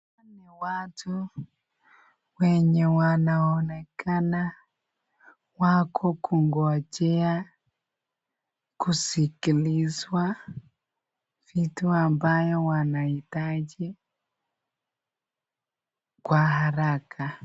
Hapa ni watu wenye wanaonekana kungojea kusikilizwa vitu ambayo wanahitaji kwa haraka.